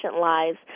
lives